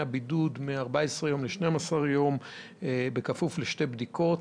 הבידוד מ-14 יום ל-12 יום בכפוף לשתי בדיקות.